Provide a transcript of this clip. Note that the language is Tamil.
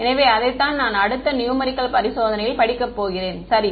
எனவே அதைத்தான் நான் அடுத்த நியூமரிக்கள் பரிசோதனையில் படிக்கப் போகிறேன் சரி